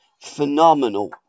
phenomenal